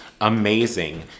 amazing